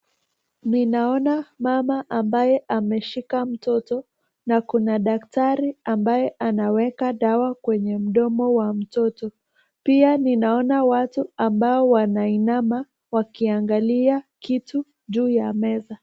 Mama ambaye ameshika mtoto na kuna daktari ambaye anaweka dawa kwenye mdomo wa mtoto na kuna watu ambao wanainama wakiangalia kitu juu ya meza.